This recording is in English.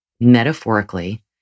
metaphorically